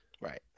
Right